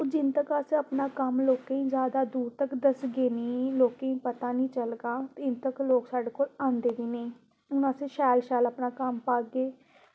जिन्ने तक अपना कम्म लोकें गी तुस दसगे गै निं पता निं चलगा कि अज्जतक तुंदे कोल लोग आंदे बी हैन हून अस शैल शैल अपना कम्म पागे